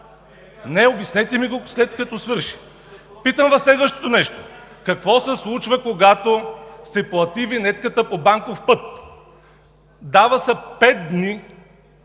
Не, обяснете ми го, след като свърша. Питам Ви следващото нещо: какво се случва, когато се плати винетката по банков път? Дават се пет дни